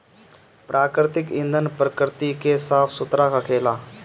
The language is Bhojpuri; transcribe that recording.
प्राकृतिक ईंधन प्रकृति के साफ सुथरा रखेला